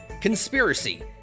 conspiracy